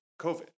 COVID